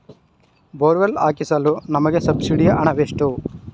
Borewell ಹಾಕಿಸಲು ನಮಗೆ ಸಬ್ಸಿಡಿಯ ಹಣವೆಷ್ಟು?